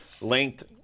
length